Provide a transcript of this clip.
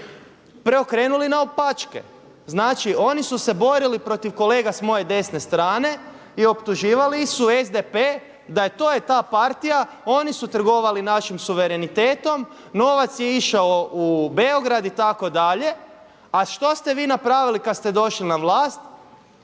preokrenuli naopačke. Znači oni su se borili protiv kolega s moje desne strane i optuživali su SDP da je to ta partija, oni su trgovali našim suverenitetom, novac je išao u Beograd itd. A što ste vi napravili kada ste došli na vlast?